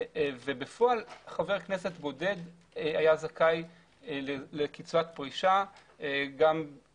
ובפועל חבר כנסת בודד היה זכאי לקצבת פרישה למרות